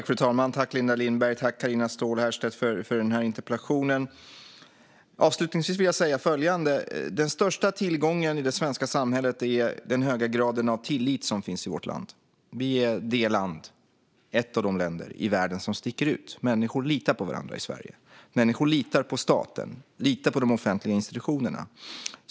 Fru talman! Tack, Linda Lindberg och Carina Ståhl Herrstedt, för interpellationsdebatten! Jag vill avslutningsvis säga följande. Den största tillgången i det svenska samhället är den höga grad av tillit som finns i vårt land. Vi är ett av de länder i världen som sticker ut. Människor litar på varandra i Sverige. Människor litar på staten och de offentliga institutionerna.